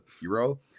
hero